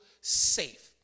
safe